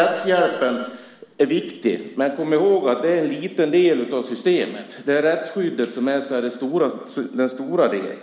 Rättshjälpen är viktig. Men kom ihåg att den är en liten del av systemet! Det är rättsskyddet som är den stora delen.